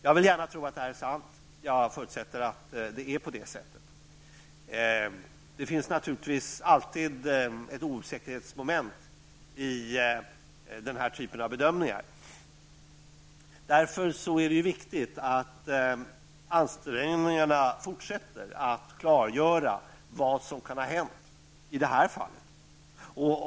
Jag vill gärna tro att det är sant, och jag förutsätter att det är på det sättet. Det finns naturligtvis alltid ett osäkerhetsmoment i den här typen av bedömningar. Det är därför viktigt att vi fortsätter ansträngningarna att klargöra vad som kan ha hänt i det här fallet.